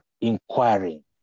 inquiring